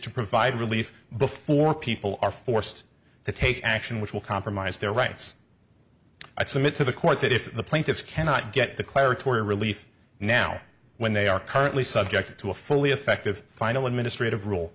to provide relief before people are forced to take action which will compromise their rights i submit to the court that if the plaintiffs cannot get the cleric torrie relief now when they are currently subjected to a fully effective final administrative